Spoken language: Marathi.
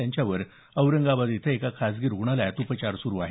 त्यांच्यावर औरंगाबाद इथं एका खासगी रुग्णालयात उपचार सुरू आहेत